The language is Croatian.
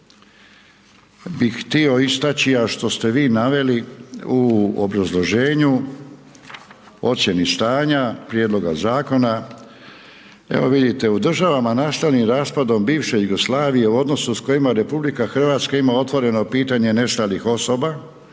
bih htio istači, a što ste vi naveli u obrazloženju, ocjeni stanja, prijedlogu zakona, evo vidite, u državama nastalim raspadom bivše Jugoslavije u odnosu s kojima RH ima otvoreno pitanje nestalih osoba,